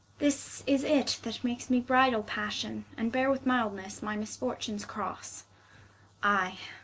this is it that makes me bridle passion, and beare with mildnesse my misfortunes crosse i,